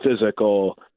physical